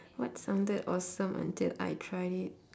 what sounded awesome until I tried it